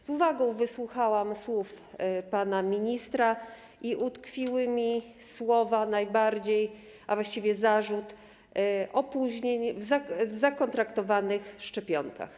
Z uwagą wysłuchałam słów pana ministra i utkwiły mi najbardziej słowa, a właściwie zarzut opóźnień w zakontraktowanych szczepionkach.